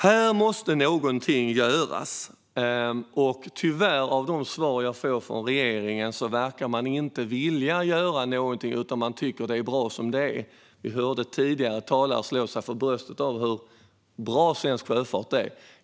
Här måste någonting göras. Men av de svar jag får från regeringen verkar man tyvärr inte vilja göra någonting, utan man tycker att det är bra som det är. Vi hörde den tidigare talaren slå sig för bröstet om hur bra svensk sjöfart är.